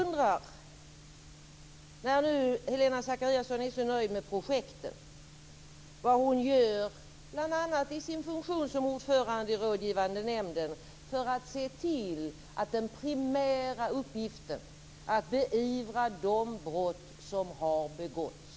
När nu Helena Zakariasén är så nöjd med projektet undrar jag vad hon gör i sin funktion som ordförande i Rådgivande nämnden för att se till att åklagarna klarar den primära uppgiften att beivra de brott som har begåtts.